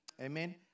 Amen